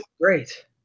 great